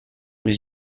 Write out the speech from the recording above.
was